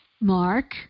Mark